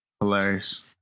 Hilarious